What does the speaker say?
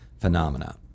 phenomena